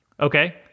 okay